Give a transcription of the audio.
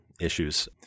issues